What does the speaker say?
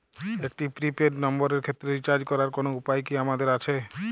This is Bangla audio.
একটি প্রি পেইড নম্বরের ক্ষেত্রে রিচার্জ করার কোনো উপায় কি আমাদের আছে?